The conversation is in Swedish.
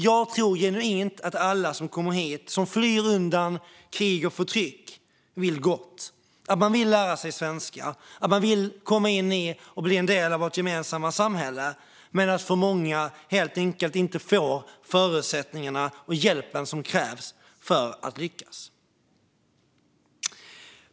Jag tror genuint att alla som kommer hit, som flyr undan krig och förtryck, vill gott. Man vill lära sig svenska och komma in i och bli en del av vårt gemensamma samhälle. Men många får helt enkelt inte förutsättningarna och hjälpen som krävs för att lyckas.